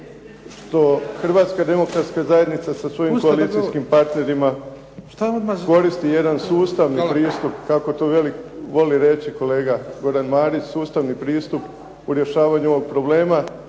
što Hrvatska demokratska zajednica sa svojim koalicijskim partnerima koristi jedan sustavni pristup kako to veli reći kolega Goran Marić, sustavni pristup u rješavanju ovog problema,